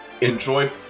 enjoy